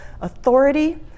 authority